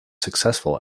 successful